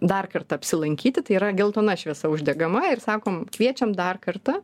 dar kartą apsilankyti tai yra geltona šviesa uždegama ir sakom kviečiam dar kartą